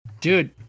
Dude